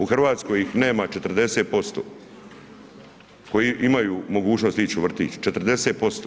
U Hrvatskoj ih nema 40% koji imaju mogućnost ići u vrtić 40%